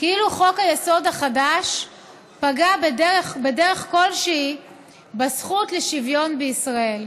כאילו חוק-היסוד החדש פגע בדרך כלשהי בזכות לשוויון בישראל.